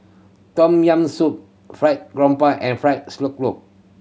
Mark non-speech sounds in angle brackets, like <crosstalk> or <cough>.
Tom Yam Soup Fried Garoupa and fried <unintelligible>